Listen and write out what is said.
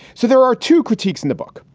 so there are two critiques in the book.